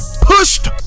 Pushed